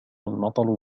المطر